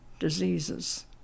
diseases